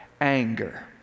anger